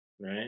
right